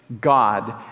God